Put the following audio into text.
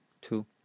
two